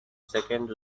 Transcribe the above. second